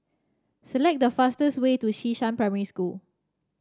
select the fastest way to Xishan Primary School